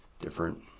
different